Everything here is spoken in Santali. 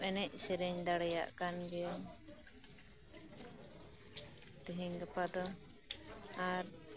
ᱮᱱᱮᱡ ᱥᱮᱨᱮᱧ ᱫᱟᱲᱮᱭᱟᱜ ᱠᱟᱱ ᱜᱮᱭᱟᱹᱧ